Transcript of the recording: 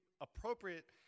appropriate